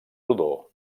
rodó